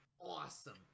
awesome